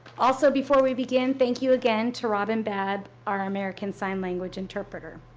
also before we begin, thank you again to robin babb, our american sign language interpreter.